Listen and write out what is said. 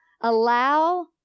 allow